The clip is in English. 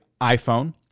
iPhone